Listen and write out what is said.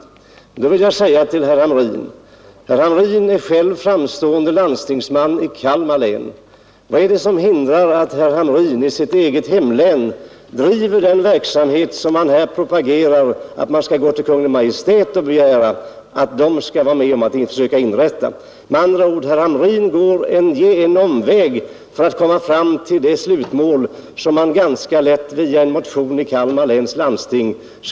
Jag vill också påpeka att herr Hamrin själv är framstående landstingsman i Kalmar län. Vad är det som hindrar att herr Hamrin i sitt eget hemlän bedriver sådan verksamhet som han här propagerar för att vi skall be Kungl. Maj:t att starta? Herr Hamrin går med andra ord en omväg för att nå det mål som han ganska lätt skulle kunna vinna via en motion i Kalmar läns landsting.